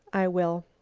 i will.